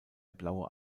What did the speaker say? blaue